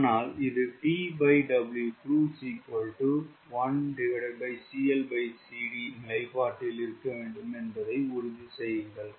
ஆனால் இது நிலைப்பாட்டில் இருக்க வேண்டும் என்பதை உறுதி செய்யுங்கள்